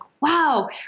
wow